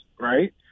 right